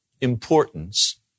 importance